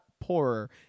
poorer